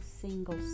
single